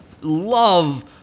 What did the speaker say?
love